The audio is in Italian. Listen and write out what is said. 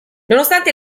nonostante